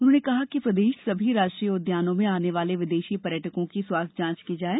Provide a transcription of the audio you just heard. उन्होंने कहा कि प्रदेश सभी राष्ट्रीय उद्यानों में आने वाले विदेशी पर्यटकों की स्वास्थ्य जांच की जाये